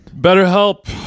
BetterHelp